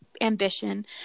ambition